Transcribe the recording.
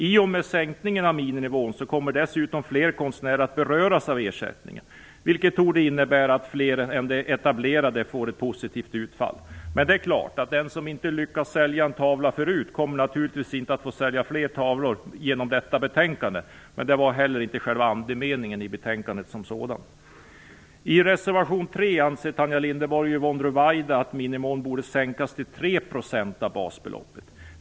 I och med sänkningen av miniminivån kommer dessutom fler konstnärer att beröras av ersättningen, vilket torde innebära att fler än de etablerade får ett positivt utfall. Det är klart att den som tidigare inte lyckats sälja en tavla kommer naturligtvis inte att få sälja fler genom detta betänkande, men det var inte heller andemeningen i betänkandet. I reservation 3 anser Tanja Linderborg och Yvonne Ruwaida att miniminivån bör sänkas till 3 % av basbeloppet.